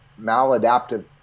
maladaptive